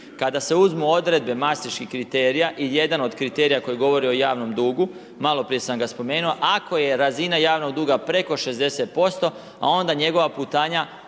Kada se uzmu odredbe maseških kriterija i jedan od kriterija koji govori o javnom dugu, maloprije sam ga spomenuo, ako je razina javnog duga preko 60% a onda njegova putanja